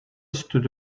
stood